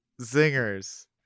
zingers